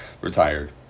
retired